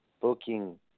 booking